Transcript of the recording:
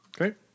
Okay